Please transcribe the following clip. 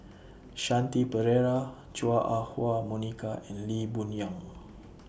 Shanti Pereira Chua Ah Huwa Monica and Lee Boon Yang